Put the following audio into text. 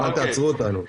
אל תעצרו אותנו.